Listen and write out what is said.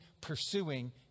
pursuing